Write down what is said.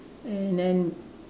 and then